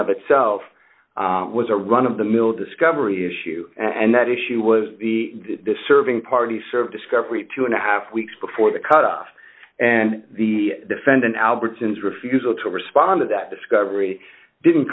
of itself was a run of the mill discovery issue and that issue was the serving party served discovery two and a half weeks before the cutoff and the defendant albertson's refusal to respond to that discovery didn't